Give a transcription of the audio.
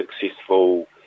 successful